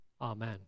Amen